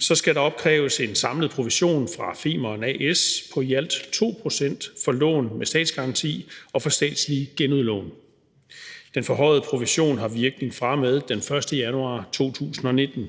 skal der opkræves en samlet provision fra Femern A/S på i alt 2 pct. for lån med statsgaranti og for statslig genudlån. Den forhøjede provision har virkning fra og med den 1. januar 2019.